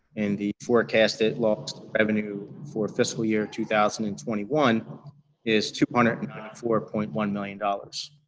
and the forecasted loss of revenue for fiscal year two thousand and twenty one is two hundred and ninety four point one million dollars.